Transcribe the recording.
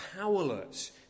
powerless